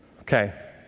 Okay